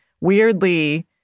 weirdly